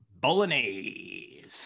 bolognese